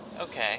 Okay